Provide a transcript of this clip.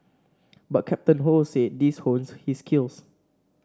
but Captain Ho said these honed his skills